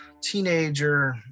teenager